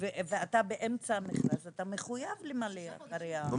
ואתה באמצע המכרז אתה מחויב למלא אחרי ההסכמים.